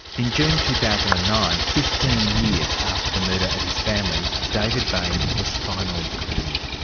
in june two thousand and nine, fifteen years after the murder of his family, david bain was finally cleared.